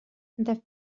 the